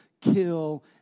kill